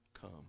come